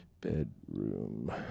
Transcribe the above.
Bedroom—